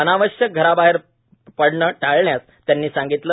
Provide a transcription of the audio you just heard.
अनावश्यक घरं बाहेर पडणे टाळण्यास त्यांनी संगितले